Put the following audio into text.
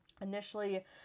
initially